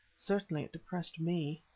certainly it depressed me.